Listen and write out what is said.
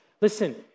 Listen